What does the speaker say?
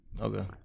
Okay